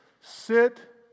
sit